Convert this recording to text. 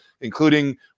including